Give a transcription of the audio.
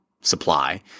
supply